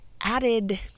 added